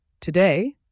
Today